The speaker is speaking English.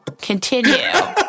Continue